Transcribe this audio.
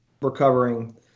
recovering